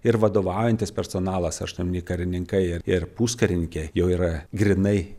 ir vadovaujantis personalas aštuoni karininkai ir ir puskarininkiai jau yra grynai